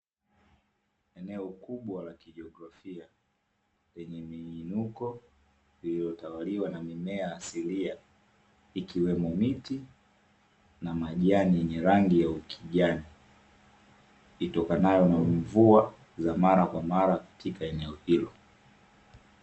Eneo kubwa la kijiografia lenye miinuko iliyotawaliwa na mimea asilia, ikiwemo miti na majani yenye rangi ya ukijani, itokanayo na mvua za mara kwa mara katika eneo hilo.